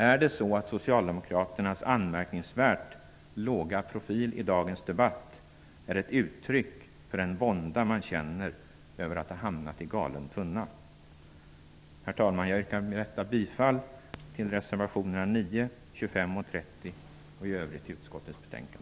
Är det så att socialdemokraternas anmärkningsvärt låga profil i dagens debatt är ett uttryck för den vånda man känner över att ha hamnat i galen tunna? Herr talman! Jag yrkar med detta bifall till reservationerna 9, 25 och 30 och i övrigt till utskottets hemställan.